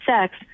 sex